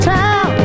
town